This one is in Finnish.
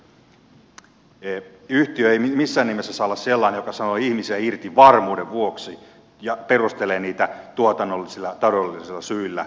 yhtiö ei missään nimessä saa olla sellainen joka sanoo ihmisiä irti varmuuden vuoksi ja perustelee sitä tuotannollisilla ja taloudellisilla syillä